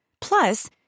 Plus